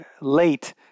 late